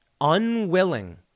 unwilling